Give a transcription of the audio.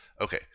Okay